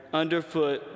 underfoot